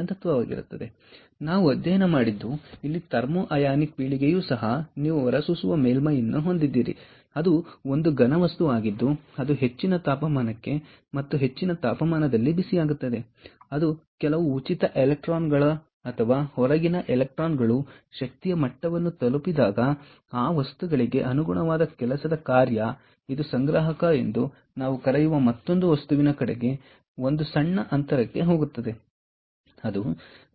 ಮುಂದೆ ನಾವು ಅಧ್ಯಯನ ಮಾಡಿದ್ದು ಇಲ್ಲಿ ಥರ್ಮೋ ಅಯಾನಿಕ್ ಪೀಳಿಗೆಯೂ ಸಹ ನೀವು ಹೊರಸೂಸುವ ಮೇಲ್ಮೈಯನ್ನು ಹೊಂದಿದ್ದೀರಿ ಅದು ಒಂದು ಘನ ವಸ್ತುವಾಗಿದ್ದು ಅದು ಹೆಚ್ಚಿನ ತಾಪಮಾನಕ್ಕೆ ಮತ್ತು ಹೆಚ್ಚಿನ ತಾಪಮಾನದಲ್ಲಿ ಬಿಸಿಯಾಗುತ್ತದೆ ಅದು ಕೆಲವು ಉಚಿತ ಎಲೆಕ್ಟ್ರಾನ್ಗಳು ಅಥವಾ ಹೊರಗಿನ ಎಲೆಕ್ಟ್ರಾನ್ಗಳು ಶಕ್ತಿಯ ಮಟ್ಟವನ್ನು ತಲುಪಿದಾಗ ಆ ವಸ್ತುಗಳಿಗೆ ಅನುಗುಣವಾದ ಕೆಲಸದ ಕಾರ್ಯ ಇದು ಸಂಗ್ರಾಹಕ ಎಂದು ನಾವು ಕರೆಯುವ ಮತ್ತೊಂದು ವಸ್ತುವಿನ ಕಡೆಗೆ ಒಂದು ಸಣ್ಣ ಅಂತರಕ್ಕೆ ಹೋಗುತ್ತದೆ ಅದು